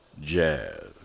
Jazz